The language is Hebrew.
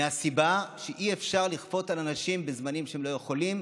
הסיבה היא שאי-אפשר לכפות על אנשים לעבוד בזמנים שהם לא יכולים,